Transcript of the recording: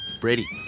Brady